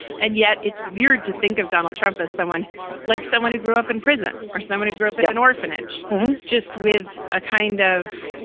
and yet it's weird to think of donald trump as someone like someone who grew up in prison or someone who grew up in an orphanage just with a kind of,